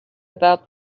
about